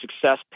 success